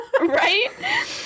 Right